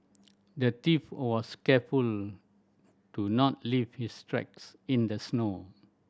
the thief was careful to not leave his tracks in the snow